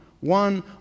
one